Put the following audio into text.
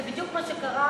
זה בדיוק מה שקרה,